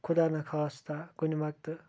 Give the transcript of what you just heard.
خُدا نَہ خستا کُنہِ وقتہٕ